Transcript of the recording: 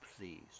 please